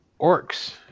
Orcs